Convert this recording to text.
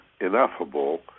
ineffable